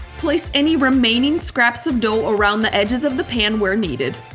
place any remaining scraps of dough around the edges of the pan where needed.